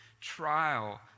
Trial